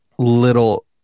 little